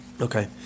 Okay